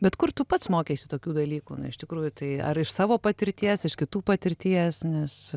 bet kur tu pats mokeisi tokių dalykų iš tikrųjų tai ar iš savo patirties iš kitų patirties nes